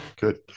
good